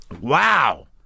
Wow